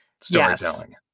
storytelling